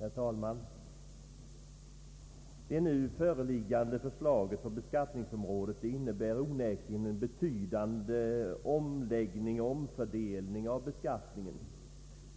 Herr talman! Det nu föreliggande förslaget inom <:skatteområdet innebär onekligen en betydande omläggning och omfördelning av beskattningen.